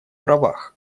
правах